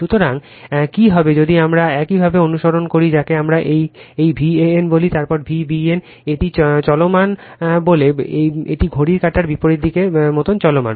সুতরাং কি হবে যদি আমরা একইভাবে অনুসরণ করি যাকে আমরা এই Van বলি তারপরে Vbn এটি চলমান বলে এটি ঘড়ির কাঁটার বিপরীত দিকের মতো চলমান